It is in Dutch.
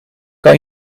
kan